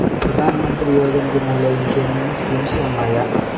ప్రధాన మంత్రి యోజన కి మల్లె ఇంకేమైనా స్కీమ్స్ ఉన్నాయా?